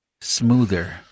smoother